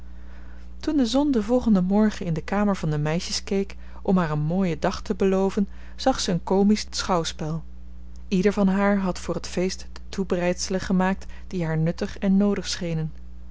toen de zon den volgenden morgen in de kamer van de meisjes keek om haar een mooien dag te beloven zag zij een komisch schouwspel ieder van haar had voor het feest de toebereidselen gemaakt die haar nuttig en noodig schenen